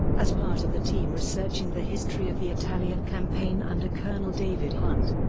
as part of the team researching the history of the italian campaign under colonel david hunt.